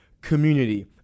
community